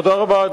תודה רבה.